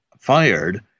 fired